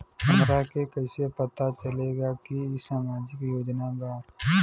हमरा के कइसे पता चलेगा की इ सामाजिक योजना बा?